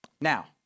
Now